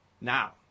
Now